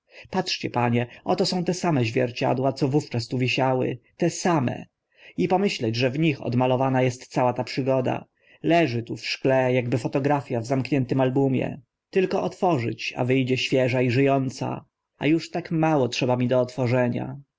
patrzcie panie oto są te same zwierciadła co wówczas tu wisiały te same i pomyśleć że w nich odmalowana est cała ta przygoda leży tu w szkle akby fotografia w zamkniętym albumie tylko otworzyć a wy dzie świeża i ży ąca a uż tak mało trzeba mi do otworzenia